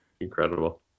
incredible